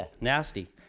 nasty